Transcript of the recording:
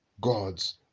God's